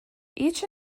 each